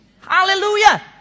Hallelujah